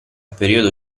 periodo